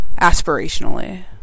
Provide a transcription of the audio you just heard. aspirationally